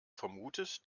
vermutet